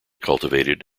cultivated